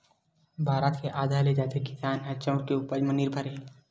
भारत के आधा ले जादा किसान ह चाँउर के उपज म निरभर हे